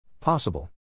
Possible